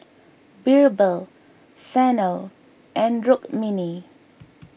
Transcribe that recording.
Birbal Sanal and Rukmini